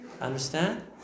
understand